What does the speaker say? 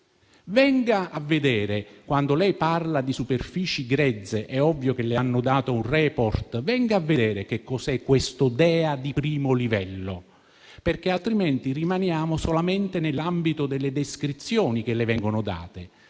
quindici anni. Quando parla di superfici grezze, è ovvio che le hanno dato un *report*: venga a vedere cos'è questo DEA di primo livello, altrimenti rimaniamo solamente nell'ambito delle descrizioni che le vengono date.